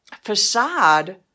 facade